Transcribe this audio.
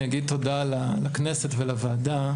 אני אגיד תודה לכנסת ולוועדה,